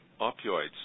opioids